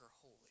holy